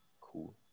Cool